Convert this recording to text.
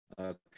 Okay